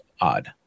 odd